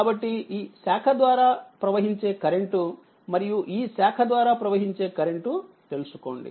కాబట్టి ఈ శాఖ ద్వారా ప్రవహించే కరెంట్ మరియు ఈ శాఖ ద్వారా ప్రవహించే కరెంట్ తెలుసుకోండి